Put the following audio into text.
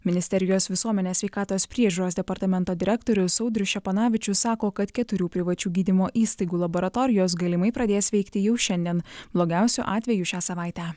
ministerijos visuomenės sveikatos priežiūros departamento direktorius audrius ščeponavičius sako kad keturių privačių gydymo įstaigų laboratorijos galimai pradės veikti jau šiandien blogiausiu atveju šią savaitę